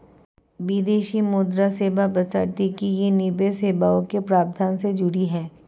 विदेशी मुद्रा सेवा बशर्ते कि ये निवेश सेवाओं के प्रावधान से जुड़ी हों